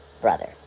brother